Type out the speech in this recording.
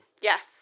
Yes